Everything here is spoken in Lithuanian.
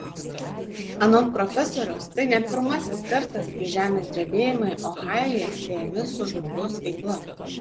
anot profesoriaus tai ne pirmasis kartais kai žemės drebėjimai ohajuje siejami su žmogaus veikla